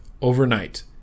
overnight